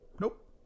Nope